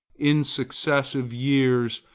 in successive years,